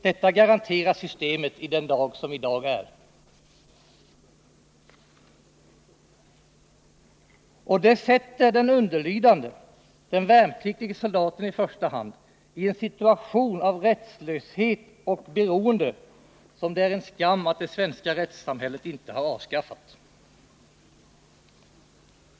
Detta garanterar systemet den dag somi dag är och det försätter den underlydande, den värnpliktige soldaten i första hand, i en situation av rättslöshet och beroende som det är en skam att det svenska rättssamhället inte har avskaffat.